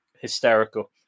hysterical